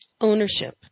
ownership